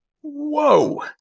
Whoa